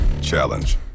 Challenge